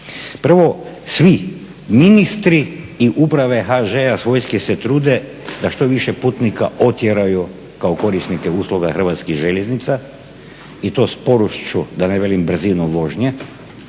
Prvo svi ministri i uprave HŽ-a svojski se trude da što više putnika otjeraju kao korisnike usluga Hrvatskih željeznica i to sporošću, da ne velim brzinom vožnje.